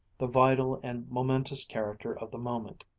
the vital and momentous character of the moment.